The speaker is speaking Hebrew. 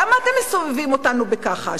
למה אתם מסובבים אותנו בכחש?